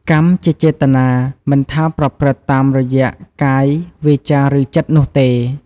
កម្ម ជាចេតនា មិនថាប្រព្រឹត្តតាមរយៈ កាយ វាចា ឬ ចិត្ត នោះទេ។